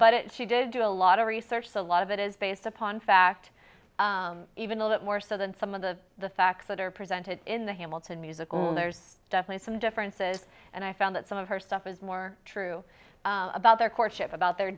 but she did do a lot of research so a lot of it is based upon fact even though that more so than some of the facts that are presented in the hamilton musical and there's definitely some differences and i found that some of her stuff is more true about their courtship about the